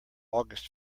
august